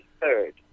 third